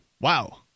Wow